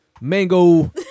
mango